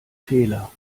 fehler